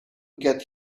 get